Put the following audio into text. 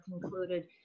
concluded